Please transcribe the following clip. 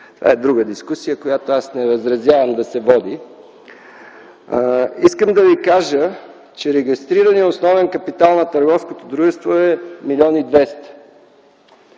Това е друга дискусия, която не възразявам да се води. Искам да ви кажа, че регистрираният основен капитал на търговското дружество е 1 млн.